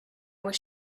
was